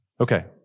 Okay